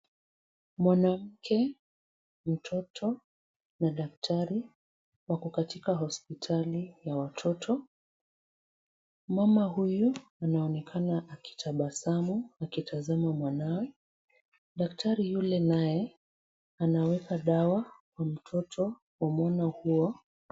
Mwanamke, mtoto na daktari wako katika hospitali ya watoto. Mama huyu anaonekana akitabasamu akitazama mwanawe, daktari yule naye anaweka dawa kwa mtoto wa mama huyo.